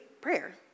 prayer